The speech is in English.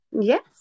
Yes